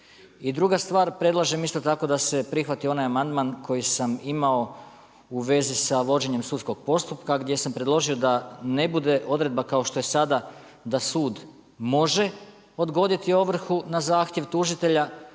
I druga stvar, predlažem isto tako da se prihvati onaj amandman koji sam imao u vezi sa vođenjem sudskog postupka gdje sam predložio da ne bude odredba kao što je sada da sud može odgoditi ovrhu na zahtjev tužitelja